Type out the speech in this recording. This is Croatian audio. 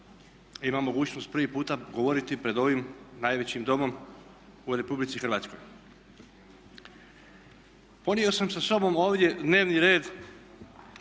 imam mogućnost prvi puta govoriti pred ovim najvećim domom u RH. Ponio sam sa sobom ovdje dnevni red